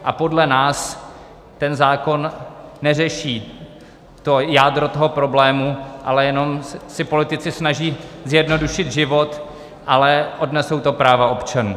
A podle nás ten zákon neřeší jádro toho problému, ale jenom si politici snaží zjednodušit život, ale odnesou to práva občanů.